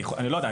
אני לא יודע.